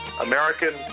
American